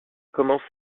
commence